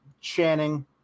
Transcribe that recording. Channing